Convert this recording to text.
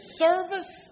service